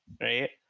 right